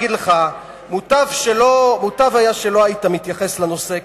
מוטב היה שלא היית מתייחס לנושא,